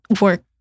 work